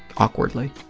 awkwardly.